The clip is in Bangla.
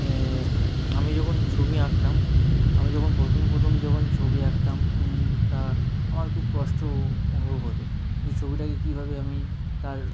আমি যখন ছবি আঁকতাম আমি যখন প্রথম প্রথম যখন ছবি আঁকতাম তা আমার খুব কষ্ট অনুভব হতো যে ছবিটাকে কীভাবে আমি তার